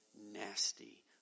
nasty